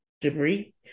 debris